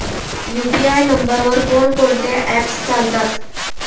UPI नंबरवर कोण कोणते ऍप्स चालतात?